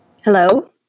Hello